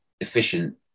efficient